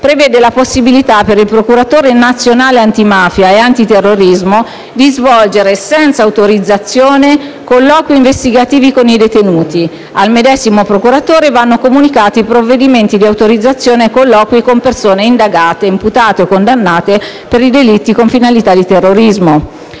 prevede la possibilità per il procuratore nazionale antimafia e antiterrorismo di svolgere, senza autorizzazione, colloqui investigativi con i detenuti; al medesimo procuratore vanno comunicati i provvedimenti di autorizzazione ai colloqui con persone indagate, imputate o condannate per delitti con finalità di terrorismo.